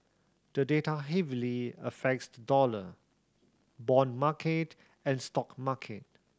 the data heavily affects the dollar bond market and stock market